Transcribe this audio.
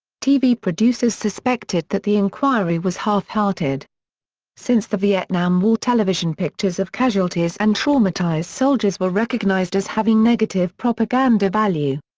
tv producers suspected that the enquiry was half-hearted since the vietnam war television pictures of casualties and traumatised soldiers were recognised as having negative propaganda value.